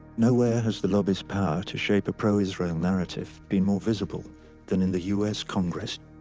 nowhere has the lobbyis power to shape a proisrael narrative been more visible than in the us congress,